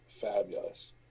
fabulous